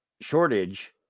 shortage